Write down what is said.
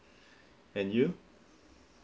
and you